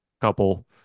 couple